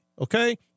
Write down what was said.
Okay